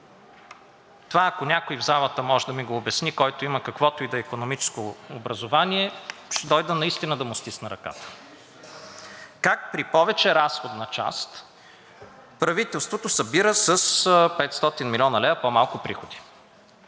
Това, ако някой в залата може да ми го обясни, който има каквото и да е икономическо образование, ще дойда наистина да му стисна ръката. Как при повече разходна част правителството събира с 500 млн. лв. по-малко приходи?